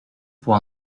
pour